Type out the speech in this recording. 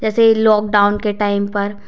जैसे लॉकडाउन के टाइम पर